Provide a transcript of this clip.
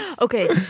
Okay